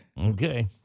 Okay